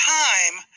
time